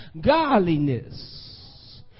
godliness